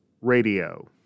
Radio